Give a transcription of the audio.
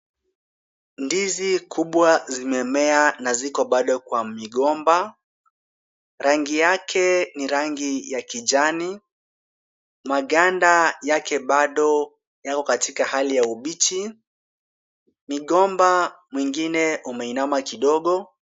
Ndizi kubwa zimemea na ziko bado kwa migomba, rangi yake ni rangi ya kijani. Maganda yake bado yako katika hali ya ubichi, migomba nyingine imeinama kidogo.